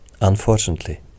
unfortunately